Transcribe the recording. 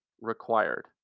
required